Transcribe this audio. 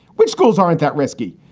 which schools aren't that risky?